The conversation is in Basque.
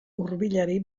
hurbilari